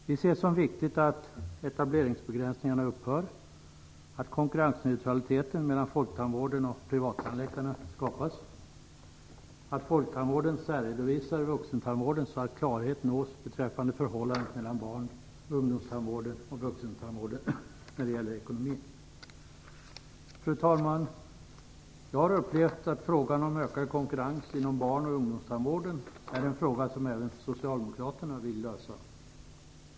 Vi ser som viktigt att etableringsbegränsningarna upphör, att konkurrensneutraliteten mellan folktandvården och privattandläkarna skapas, att folktandvården särredovisar vuxentandvården så att klarhet nås beträffande förhållandet mellan barn och ungdomstandvården och vuxentandvården när det gäller ekonomin. Fru talman! Jag har upplevt att frågan om ökad konkurrens inom barn och ungdomstandvården är en fråga som även Socialdemokraterna vill lösa.